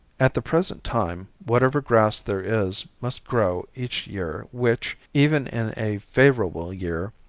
at the present time whatever grass there is must grow each year which, even in a favorable year,